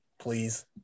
please